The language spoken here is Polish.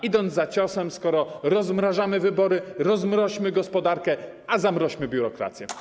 Idąc za ciosem, skoro rozmrażamy wybory, rozmroźmy gospodarkę, a zamroźmy biurokrację.